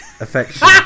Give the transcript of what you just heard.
affection